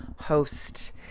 host